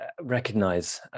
recognize